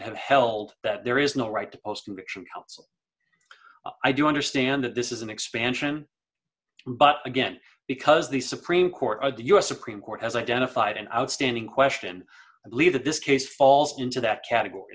have held that there is no right to post and i do understand that this is an expansion but again because the supreme court of the us supreme court has identified an outstanding question i believe that this case falls into that category